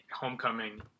Homecoming